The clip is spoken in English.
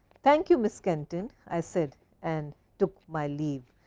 thank you, miss kenton. i said and took my leave.